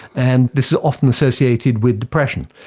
and this is often associated with depression.